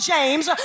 James